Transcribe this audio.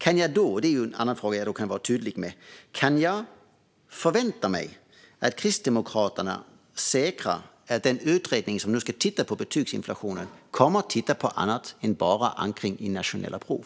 Kan jag förvänta mig att Kristdemokraterna säkerställer att den utredning som ska titta på betygsinflationen kommer att titta på annat än bara förankring i nationella prov?